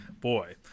Boy